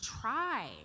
try